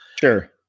Sure